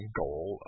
goal